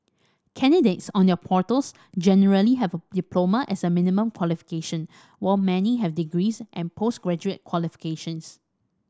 candidates on their portals generally have a diploma as a minimum qualification while many have degrees and post graduate qualifications